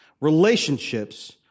Relationships